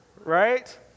right